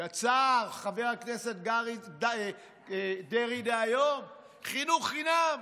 יצא חבר הכנסת דהיום דרעי: חינוך חינם,